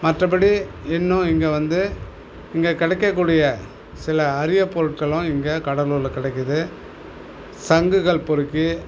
மற்றபடி இன்னும் இங்கே வந்து இங்கே கிடைக்க கூடிய சில அரிய பொருட்களும் இங்கே கடலூரில் கிடைக்கிது சங்குகள் பொறுக்கி